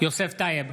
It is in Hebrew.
יוסף טייב,